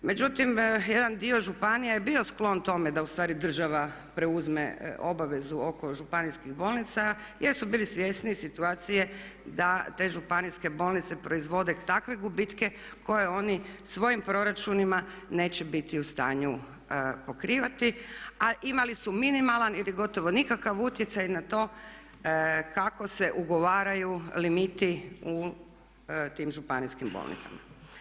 Međutim jedan dio županija je bio sklon tome da ustvari država preuzme obavezu oko županijskih bolnica jer su bili svjesni situacije da te županijske bolnice proizvode takve gubitke koje oni svojim proračunima neće biti u stanju pokrivati, a imali su minimalan ili gotovo nikakav utjecaj na to kako se ugovaraju limiti u tim županijskim bolnicama.